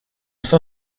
s’en